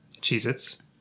Cheez-Its